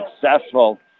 successful